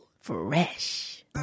Fresh